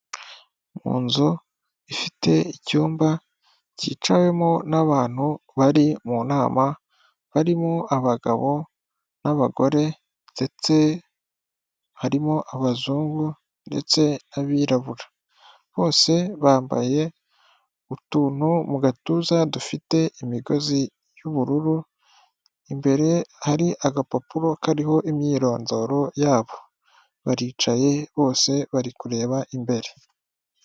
Mu nzu ifite icyumba kicawemo n'abantu bari mu nama, barimo abagabo n'abagore, ndetse harimo Abazungu ndetse n'Abirabura. Bose bambaye utuntu mu gatuza dufite imigozi y'ubururu, imbere hari agapapuro kariho imyirondoro yabo, baricaye bose bari kureba imbere.